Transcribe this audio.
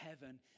heaven